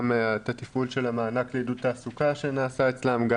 גם את תפעול המענק לעידוד תעסוקה שנעשה אצלם,